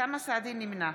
נמנע